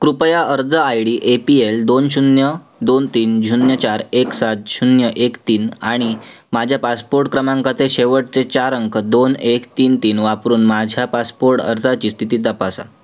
कृपया अर्ज I D A P L दोन शून्य दोन तीन शून्य चार एक सात शून्य एक तीन आणि माझ्या पासपोर्ट क्रमांकाचे शेवटचे चार अंक दोन एक तीन तीन वापरून माझ्या पासपोर्ट अर्जाची स्थिती तपासा